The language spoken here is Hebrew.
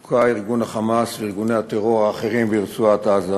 הוכו ארגון ה"חמאס" וארגוני הטרור האחרים ברצועת-עזה